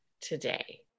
today